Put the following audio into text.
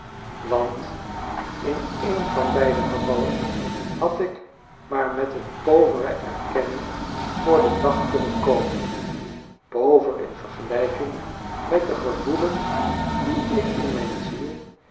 want in een van beide gevallen had ik maar met een povere erkenning voor den dag kunnen komen pover in vergelyking met de gevoelens die ik in mijn ziel